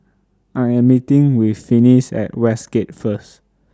I Am meeting with Finis At Westgate First